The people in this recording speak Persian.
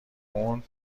اون